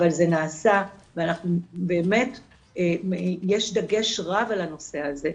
אבל זה נעשה ואנחנו באמת יש דגש רב על הנושא הזה,